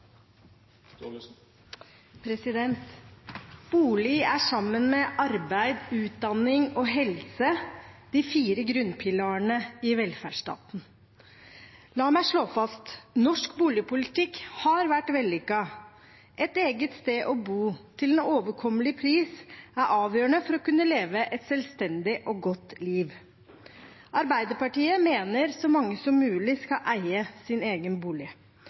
Bolig er sammen med arbeid, utdanning og helse de fire grunnpilarene i velferdsstaten. La meg slå fast: Norsk boligpolitikk har vært vellykket. Et eget sted å bo til en overkommelig pris er avgjørende for å kunne leve et selvstendig og godt liv. Arbeiderpartiet mener at så mange som mulig skal eie sin egen bolig.